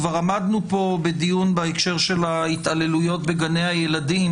כבר עמדנו כאן בדיון בהקשר של ההתעללויות בגני הילדים